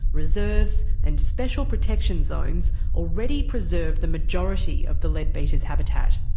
reserves and special protection zones already preserve the majority of the leadbeater's habitat.